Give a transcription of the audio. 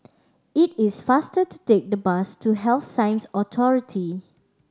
it is faster to take the bus to Health Sciences Authority